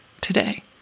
today